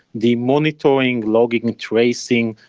the monitoring, logging, tracing,